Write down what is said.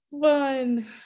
fun